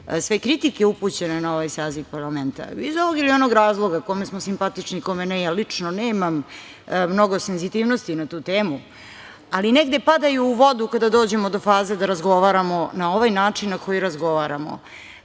sve kritike upućene na ovaj saziv parlamenta i iz ovog ili onog razloga kome smo simpatični i kome ne, ja lično nemam mnogo senzitivnosti na tu temu, ali negde padaju u vodu kada dođemo do faze da razgovaramo na ovaj način na koji razgovaramo,